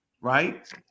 right